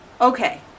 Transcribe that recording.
okay